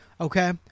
Okay